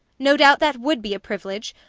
no doubt that would be a privilege,